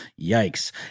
Yikes